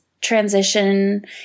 transition